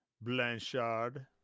Blanchard